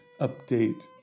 update